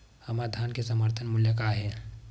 हमर धान के समर्थन मूल्य का हे?